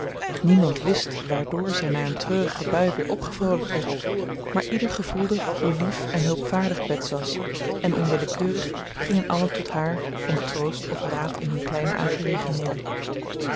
niemand wist waardoor zij na een treurige bui weer opgevroolijkt werd maar ieder gevoelde hoe lief en hulpvaardig bets was en onwillekeurig gingen allen tot haar om troost of raad in hun kleine aangelegenheden